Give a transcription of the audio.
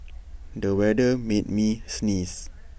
the weather made me sneeze